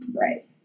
right